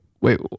Wait